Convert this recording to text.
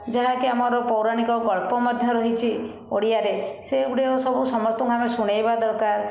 ଯାହାକି ଆମର ପୌରାଣିକ ଗଳ୍ପ ମଧ୍ୟ ରହିଛି ଓଡ଼ିଆରେ ସେଗୁଡ଼ିକ ସବୁ ସମସ୍ତଙ୍କୁ ଆମେ ଶୁଣେଇବା ଦରକାର